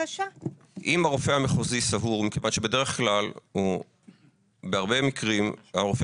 אם הרופא המחוזי סבור מכיוון שבדרך כלל בהרבה מקרים הרופא